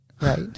right